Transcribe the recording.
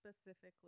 specifically